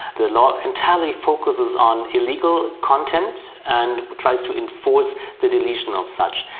the law entirely focuses on illegal content and tries to enforce the deletion of such.